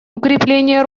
укрепление